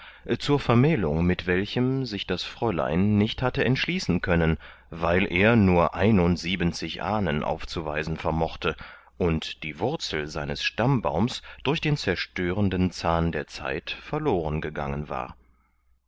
zur vermählung mit welchem sich das fräulein nicht hatte entschließen können weil er nun einundsiebenzig ahnen aufzuweisen vermochte und die wurzel seines stammbaums durch den zerstörenden zahn der zeit verloren gegangen war